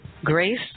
Grace